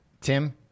Tim